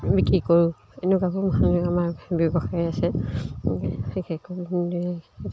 বিক্ৰী কৰোঁ এনেকুৱাবোৰ মানে আমাৰ ব্যৱসায় আছে বিশেষকৈ